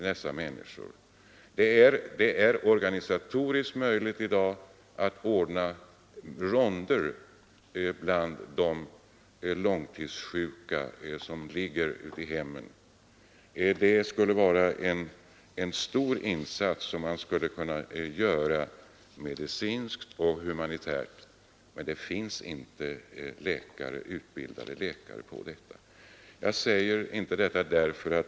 Det är organisatoriskt möjligt i dag att ordna ronder bland de långtidssjuka som ligger i hemmen. Det skulle vara en stor insats medicinskt och humanitärt. Men det finns inte utbildade läkare för detta.